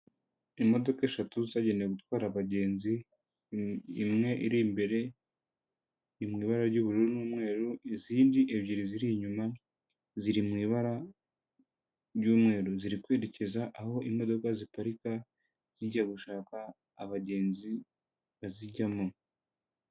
Imodoka eshatu zagenewe gutwara abagenzi, imwe iri imbere iri mu ibara ry'ubururu n'umweru, izindi ebyiri ziri inyuma ziri mu ibara ry'umweru. Ziri kwerekeza aho imodoka ziparika zijya gushaka abagenzi bazijyamo.